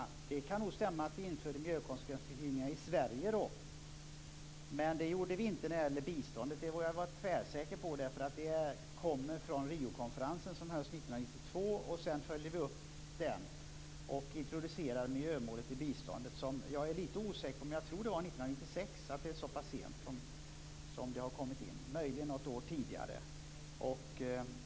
Ja, det kan nog stämma att vi införde miljökonsekvensbeskrivningar i Sverige då, men det gjorde vi inte när det gällde biståndet, och det vågar jag vara tvärsäker på, därför att det kommer från Riokonferensen som hölls 1992, och sedan följde vi upp den och introducerade miljömålet i biståndet. Jag är lite osäker, men jag tror att det kom in såpass sent som 1996, möjligen något år tidigare.